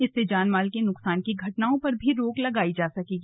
इससे जानमाल के नुकसान की घटनाओं पर भी रोक लगाई जा सकेगी